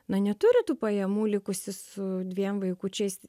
na neturi tų pajamų likusi su dviem vaikučiais